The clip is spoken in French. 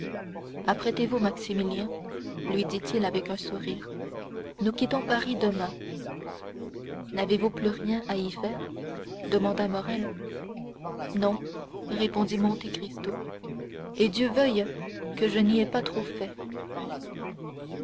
apprêtez-vous maximilien lui dit-il avec un sourire nous quittons paris demain n'avez-vous plus rien à y faire demanda morrel non répondit monte cristo et dieu veuille que je n'y aie pas trop fait